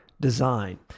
design